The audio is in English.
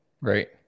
Right